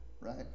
right